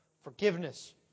forgiveness